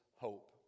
hope